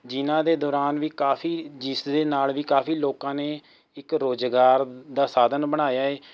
ਜਿਨ੍ਹਾਂ ਦੇ ਦੌਰਾਨ ਵੀ ਕਾਫੀ ਜਿਸਦੇ ਨਾਲ ਵੀ ਕਾਫੀ ਲੋਕਾਂ ਨੇ ਇੱਕ ਰੁਜ਼ਗਾਰ ਦਾ ਸਾਧਨ ਬਣਾਇਆ ਹੈ